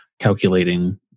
calculating